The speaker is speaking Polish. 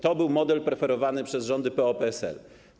To był model preferowany przez rządy PO-PSL.